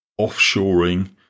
offshoring